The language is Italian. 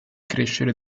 crescere